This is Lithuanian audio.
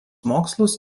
mokslus